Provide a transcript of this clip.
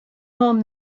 home